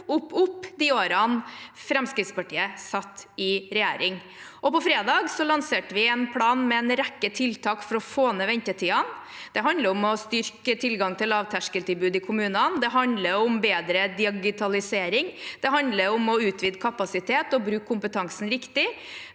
opp de årene Fremskrittspartiet satt i regjering. På fredag lanserte vi en plan med en rekke tiltak for å få ned ventetidene. Det handler om å styrke tilgangen til lavterskeltilbud i kommunene. Det handler om bedre digitalisering. Det handler om å utvide kapasitet og bruke kompetansen riktig.